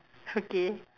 okay